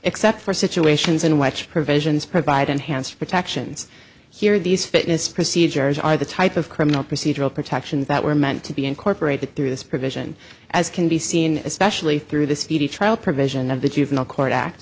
except for situations in which provisions provide enhanced protections here these fitness procedures are the type of criminal procedural protections that were meant to be incorporated through this provision as can be seen especially through the speedy trial provision of the juvenile court act